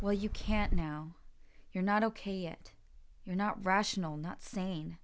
well you can't now you're not ok yet you're not rational not sane